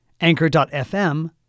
Anchor.fm